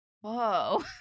whoa